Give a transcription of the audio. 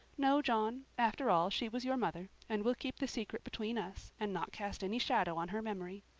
no, john after all she was your mother, and we'll keep the secret between us, and not cast any shadow on her memory.